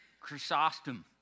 Chrysostom